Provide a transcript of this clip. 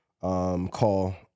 Call